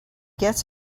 gets